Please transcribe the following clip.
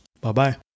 Bye-bye